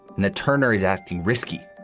nat turner is acting risky,